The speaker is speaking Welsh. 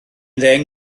ddeng